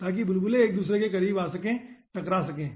ताकि बुलबुले एक दसूरे के करीब आ सकें और टकरा सकें